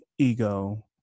ego